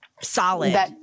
solid